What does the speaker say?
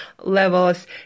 levels